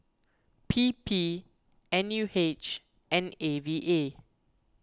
P P N U H and A V A